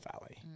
valley